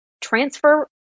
transfer